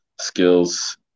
skills